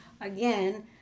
again